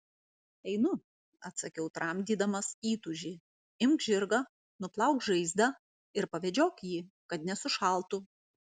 einu atsakiau tramdydamas įtūžį imk žirgą nuplauk žaizdą ir pavedžiok jį kad nesušaltų